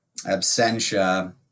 Absentia